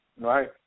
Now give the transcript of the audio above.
Right